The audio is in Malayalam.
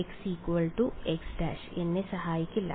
വിദ്യാർത്ഥി x x′ x x′ എന്നെ സഹായിക്കില്ല